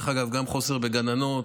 דרך אגב, יש גם חוסר בגננות.